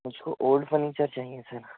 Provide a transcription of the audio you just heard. مجھ کو old furniture چاہیے سر